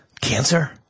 Cancer